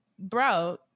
bro